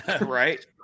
right